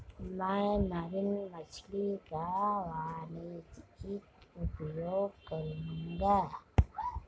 मैं मरीन मछली का वाणिज्यिक उपयोग करूंगा